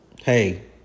hey